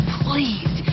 please